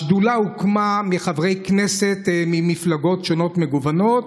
השדולה הוקמה מחברי כנסת ממפלגות שונות ומגוונות,